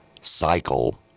cycle